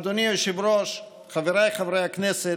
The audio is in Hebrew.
אדוני היושב-ראש, חבריי חברי הכנסת: